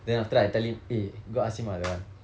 then after that I tell him eh go ask him ah that one